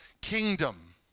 kingdom